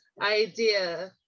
idea